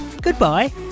goodbye